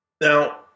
Now